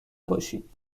باشید